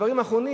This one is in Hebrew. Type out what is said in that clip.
הדברים האחרונים,